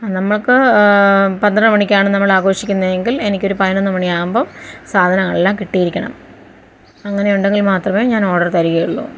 നമ്മൾക്ക് പന്ത്രണ്ടു മണിക്കാണ് നമ്മൾ ആഘോഷിക്കുന്നത് എങ്കിൽ എനിക്ക് ഒരു പതിനൊന്നുമണി ആകുമ്പൊൾ സാധനം എല്ലാം കിട്ടിയിരിക്കണം അങ്ങനെയുണ്ടെങ്കിൽ മാത്രമേ ഞാൻ ഓർഡറ് തരികയുള്ളു